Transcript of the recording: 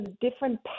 different